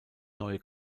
neue